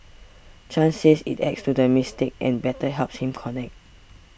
Chan says it adds to the mystique and better helps him connect